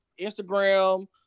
Instagram